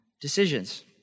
decisions